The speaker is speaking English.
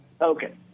Okay